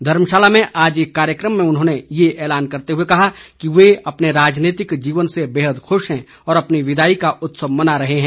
धर्मशाला में आज एक कार्यक्रम में उन्होंने ये ऐलान करते हुए कहा कि वे अपने राजनीतिक जीवन से बेहद खुश हैं और अपनी विदाई का उत्सव मना रहे हैं